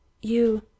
You